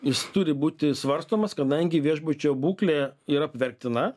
jis turi būti svarstomas kadangi viešbučio būklė yra apverktina